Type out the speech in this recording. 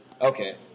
Okay